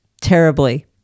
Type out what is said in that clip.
terribly